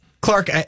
Clark